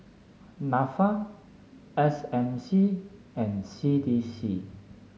NAFA S M C and C D C